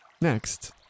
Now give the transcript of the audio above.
Next